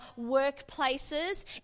workplaces